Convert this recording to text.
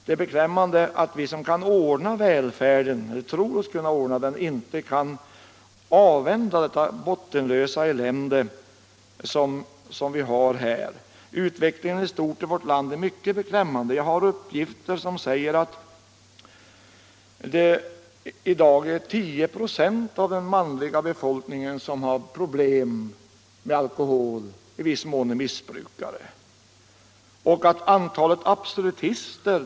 Det är tragiskt att vi som tror oss kunna ordna välfärden inte kan avvända detta bottenlösa elände. Utvecklingen i stort i vårt land är mycket beklämmande. Jag har uppgifter som säger att 10 ". av den manliga befolkningen i dag har problem med alkohol och i viss mån är missbrukare. Däremot minskar antalet absolutister.